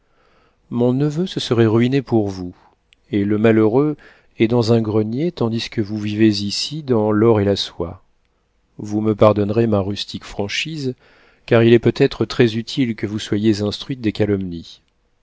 mon neveu se serait ruiné pour vous et le malheureux est dans un grenier tandis que vous vivez ici dans l'or et la soie vous me pardonnerez ma rustique franchise car il est peut-être très-utile que vous soyez instruite des calomnies